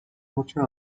نوچه